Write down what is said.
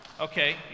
Okay